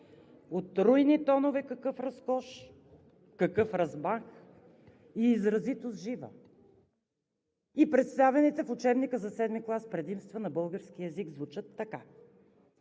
от руйни тонове какъв разкош, какъв размах и изразитост жива“, а представените в учебника за седми клас предимства на българския звучат така: